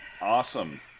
Awesome